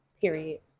period